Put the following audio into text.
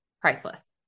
priceless